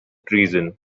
treason